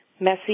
messy